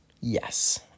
Yes